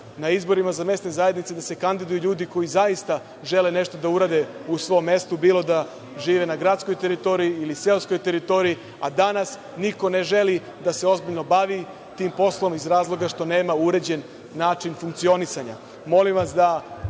na izborima za mesne zajednice da se kandiduju ljudi koji zaista žele nešto da urade u svom mestu, bilo da žive na gradskoj teritoriji ili seoskoj teritoriji, a danas niko ne želi da se ozbiljno bavi tim poslom iz razloga što nema uređen način funkcionisanja. Molim vas da